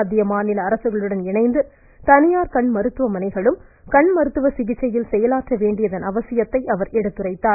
மத்திய மாநில அரசுகளுடன் இணைந்து தனியார் கண் மருத்துவமனைகளும் கண் மருத்துவ சிகிச்சையில் செயலாற்ற வேண்டியதன் அவசியத்தை அவர் எடுத்துரைத்தார்